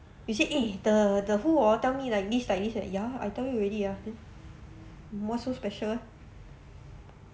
you say eh the the who orh tell me like this like this ya I tell you already ah what's so special